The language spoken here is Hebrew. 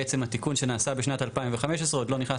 בעצם התיקון שנעשה בשנת 2015 עוד לא נכנס